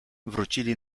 wrócili